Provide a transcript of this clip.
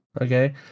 okay